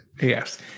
Yes